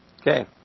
Okay